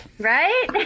Right